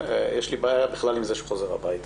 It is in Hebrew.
יש לי בעיה בכלל עם זה שהוא חוזר הביתה.